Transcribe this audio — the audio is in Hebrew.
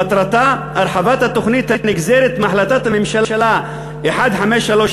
מטרתה, הרחבת התוכנית הנגזרת מהחלטת הממשלה 1539,